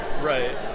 Right